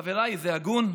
חבריי, זה הגון?